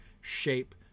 shape